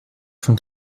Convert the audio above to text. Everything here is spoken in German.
von